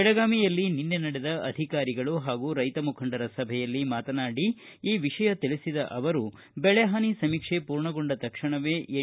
ಬೆಳಗಾವಿಯಲ್ಲಿ ನಿನ್ನೆ ನಡೆದ ಅಧಿಕಾರಿಗಳು ಹಾಗೂ ರೈತ ಮುಖಂಡರ ಸಭೆಯಲ್ಲಿ ಮಾತನಾಡಿ ಈ ವಿಪಯ ತಿಳಿಸಿದ ಅವರು ಬೆಳೆಹಾನಿ ಸಮೀಕ್ಷೆ ಪೂರ್ಣಗೊಂಡ ತಕ್ಷಣವೇ ಎನ್